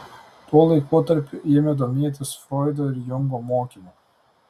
tuo laikotarpiu ėmė domėtis froido ir jungo mokymu